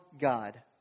God